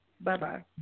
Bye-bye